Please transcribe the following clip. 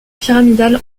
pyramidale